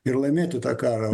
ir laimėti tą karą